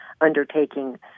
undertaking